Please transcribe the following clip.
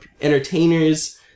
entertainers